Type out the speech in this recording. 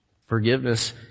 Forgiveness